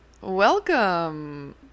welcome